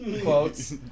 Quotes